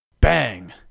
Bang